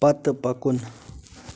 پتہٕ پکُن